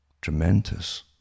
tremendous